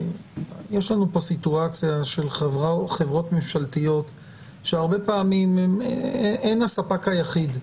יש לנו פה סיטואציה של חברות ממשלתיות שהרבה פעמים הן הספק היחיד.